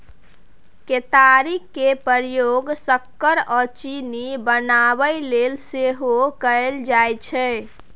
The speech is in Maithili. केतारी केर प्रयोग सक्कर आ चीनी बनाबय लेल सेहो कएल जाइ छै